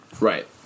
Right